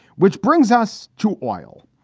which brings us to oil.